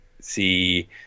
see